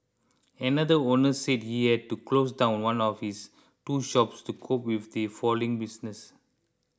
another owner said he had to close down one of his two shops to cope with his failing business